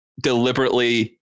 deliberately